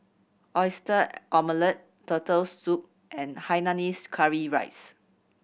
Oyster Omelette Turtle Soup and hainanese curry rice